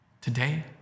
Today